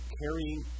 carrying